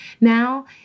now